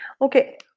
Okay